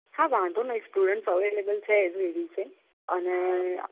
હા વાંધો નહીં સ્ટુડન્ટ્સ અવેલેબલ છે એ દિવસે અને